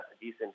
decent